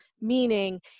meaning